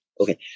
okay